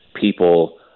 people